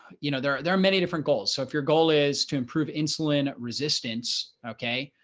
you know, there there are many different goals. so if your goal is to improve insulin resistance, okay,